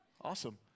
Awesome